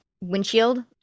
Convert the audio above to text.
windshield